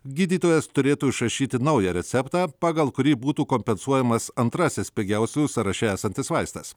gydytojas turėtų išrašyti naują receptą pagal kurį būtų kompensuojamas antrasis pigiausių sąraše esantis vaistas